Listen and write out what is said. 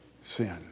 sin